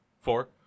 Four